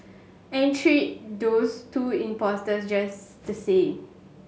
and treat those two impostors just the same